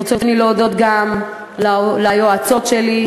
ברצוני להודות גם ליועצות שלי,